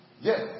Yes